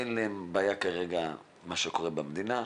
אין להם בעיה כרגע עם מה שקורה במדינה,